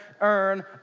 earn